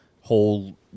whole